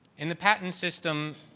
in the patent system,